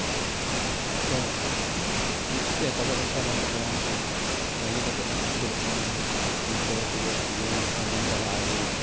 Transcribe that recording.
ᱛᱚ ᱟᱫᱚᱢ ᱪᱤᱠᱟᱹᱭᱟ ᱴᱟᱠᱟ ᱯᱚᱭᱥᱟ ᱵᱟᱹᱱᱩᱜ ᱛᱟᱵᱚᱱ ᱨᱮᱫᱚ ᱠᱟᱹᱢᱤ ᱠᱟᱛᱮ ᱵᱚᱱ ᱟᱹᱥᱩᱞᱚᱜ ᱠᱟᱱ ᱜᱮᱭᱟ ᱤᱱᱠᱟᱹ ᱠᱟᱛᱮ ᱜᱮ ᱡᱤᱵᱚᱱ ᱡᱟᱯᱚᱱ ᱵᱚᱱ ᱪᱟᱞᱟᱣ ᱟᱹᱜᱩᱭᱮᱫᱟ